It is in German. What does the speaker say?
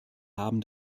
haben